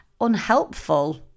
unhelpful